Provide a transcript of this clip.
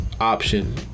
option